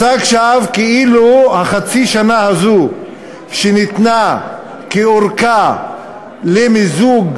מצג שווא כאילו חצי השנה שניתנה כארכה למיזוג